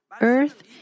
earth